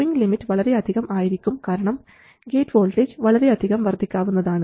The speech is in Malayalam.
സ്വിങ് ലിമിറ്റ് വളരെയധികം ആയിരിക്കും കാരണം ഗേറ്റ് വോൾട്ടേജ് വളരെ അധികം വർദ്ധിക്കാവുന്നതാണ്